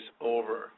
over